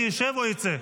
אדוני ישב או יצא.